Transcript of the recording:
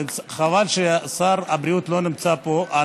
חבל ששר הבריאות לא נמצא פה,